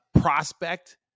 prospect